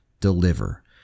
deliver